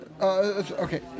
Okay